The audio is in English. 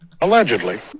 Allegedly